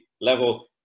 level